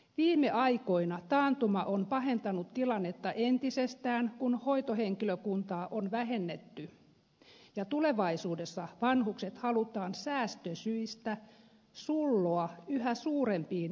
viime aikoina taantuma on pahentanut tilannetta entisestään kun hoitohenkilökuntaa on vähennetty ja tulevaisuudessa vanhukset halutaan säästösyistä sulloa yhä suurempiin yksiköihin